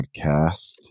podcast